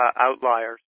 outliers